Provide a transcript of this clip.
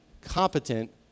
competent